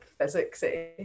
physicsy